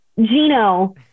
Gino